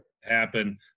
happen